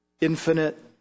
infinite